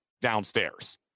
downstairs